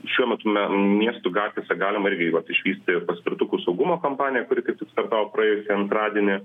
šiuo metu miestų gatvėse galima irgi vat išvysti paspirtukų saugumo kampaniją kuri kaip tik startavo praėjusį antradienį